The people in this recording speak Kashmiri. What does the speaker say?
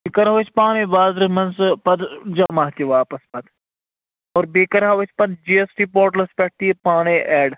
یہِ کَرو أسۍ پانے بازرس منٛز پتہٕ جمح تہِ واپس پتہٕ اور بیٚیہِ کَرہو أسۍ پتہٕ جی ایس ٹی پوٹلس پٮ۪ٹھ تہِ یہِ پانے ایٚڈ